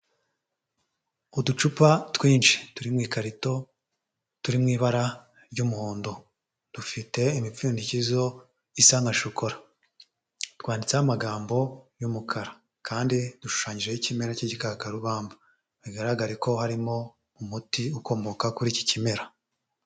Uducupa twinshi turi mu ikarito, turi mu ibara ry'umuhondo, dufite imipfundikizo isa nka shokora, twanditseho amagambo y'umukara kandi dushushanyijeho ikimera cy'igikakarubamba, bigaragare ko harimo umuti ukomoka kuri iki kimera.